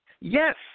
Yes